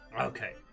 Okay